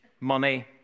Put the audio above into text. money